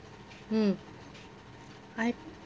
mm I